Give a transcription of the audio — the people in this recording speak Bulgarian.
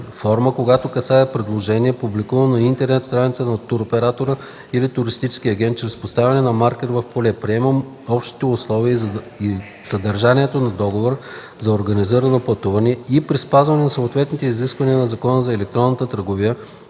когато касае предложение, публикувано на интернет страницата на туроператора или туристическия агент, чрез поставяне на маркер в поле „Приемам общите условия и съдържанието на договора за организирано пътуване” и при спазване на съответните изисквания на Закона за електронната търговия